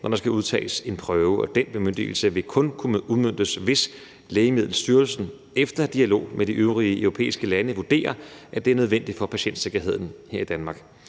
når der skal udtages en prøve. Og den bemyndigelse vil kun kunne udmøntes, hvis Lægemiddelstyrelsen efter dialog med de øvrige europæiske lande vurderer, at det er nødvendigt for patientsikkerheden her i Danmark.